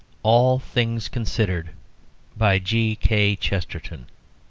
all things considered by g. k. chesterton